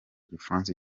igifaransa